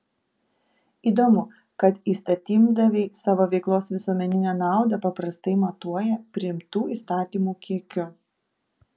įdomu kad įstatymdaviai savo veiklos visuomeninę naudą paprastai matuoja priimtų įstatymų kiekiu